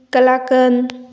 kalakand